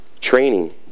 Training